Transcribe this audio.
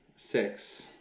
Six